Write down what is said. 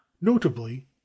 notably